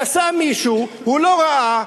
מישהו נסע ולא ראה,